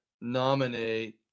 nominate